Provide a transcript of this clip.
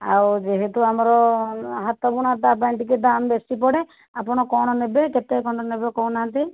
ଆଉ ଯେହେତୁ ଆମର ହାତବୁଣା ତା'ପାଇଁ ଟିକିଏ ଦାମ୍ ବେଶୀ ପଡ଼େ ଆପଣ କ'ଣ ନେବେ କେତେ ଖଣ୍ଡ ନେବେ କହୁନାହାନ୍ତି